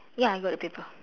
ya I got the paper